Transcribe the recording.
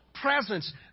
Presence